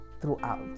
throughout